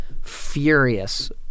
furious